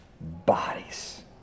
bodies